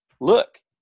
look